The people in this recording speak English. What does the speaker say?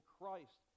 Christ